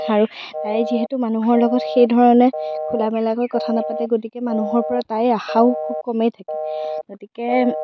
আৰু তাই যিহেতু মানুহৰ লগত সেইধৰণে খোলা মেলাকৈ কথা নাপাতে গতিকে মানুহৰ পৰা তাইৰ আশাও খুব কমেই থাকে গতিকে